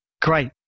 Great